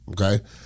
okay